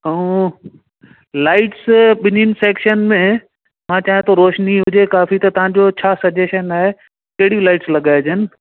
ऐं लाइट्स ॿिन्हिनि सेक्शन में मां चयां थो रोशनी हुजे काफ़ी त तव्हांजो छा सजेशन आहे कहिड़ियूं लाइट्स लॻाइजनि